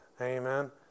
Amen